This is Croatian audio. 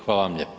Hvala vam lijepo.